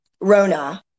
Rona